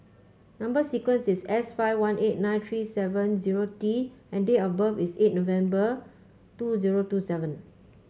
number sequence is S five one eight nine three seven zero T and date of birth is eight November two zero two seven